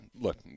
look